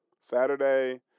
Saturday